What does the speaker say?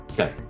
Okay